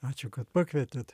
ačiū kad pakvietėt